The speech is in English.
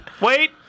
Wait